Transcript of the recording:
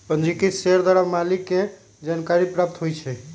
पंजीकृत शेयर द्वारा मालिक के जानकारी प्राप्त होइ छइ